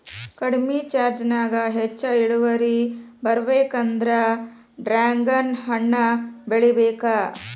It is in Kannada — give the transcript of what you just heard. ಕಡ್ಮಿ ಕರ್ಚದಾಗ ಹೆಚ್ಚ ಇಳುವರಿ ಬರ್ಬೇಕಂದ್ರ ಡ್ರ್ಯಾಗನ್ ಹಣ್ಣ ಬೆಳಿಬೇಕ